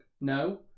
No